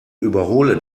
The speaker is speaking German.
überhole